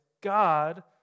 God